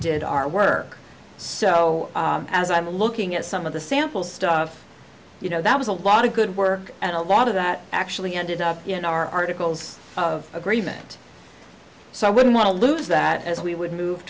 did our work so as i'm looking at some of the sample stuff you know that was a lot of good work and a lot of that actually ended up in our articles of agreement so i wouldn't want to lose that as we would move